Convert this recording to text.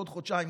בעוד חודשיים,